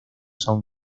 son